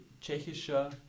tschechischer